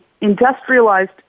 industrialized